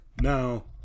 Now